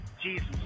Jesus